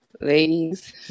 Ladies